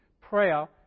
Prayer